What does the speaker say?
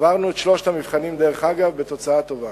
עברנו את שלושת המבחנים, דרך אגב, בתוצאה טובה.